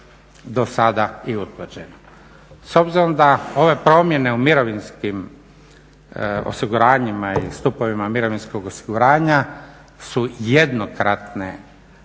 S obzirom da ove promjene u mirovinskim osiguranjima i stupovima mirovinskog osiguranja su jednokratne uplate,